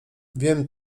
wiem